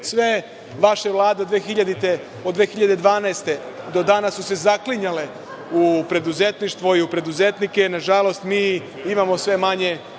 vaše vlade od 2012. godine do danas su se zaklinjale u preduzetništvo i u preduzetnike. Nažalost, mi imamo sve manje